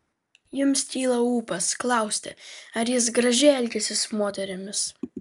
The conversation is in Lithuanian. jums kyla ūpas klausti ar jis gražiai elgiasi su moterimis